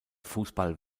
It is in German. fußball